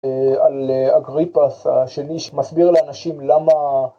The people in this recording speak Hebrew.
על אגריפס השני שמסביר לאנשים למה